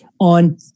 on